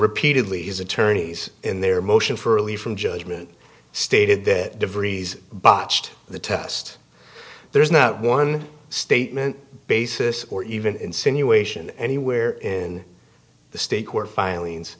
repeatedly his attorneys in their motion for relief from judgment stated that the breeze botched the test there is not one statement basis or even insinuation anywhere in the state court filings